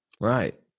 Right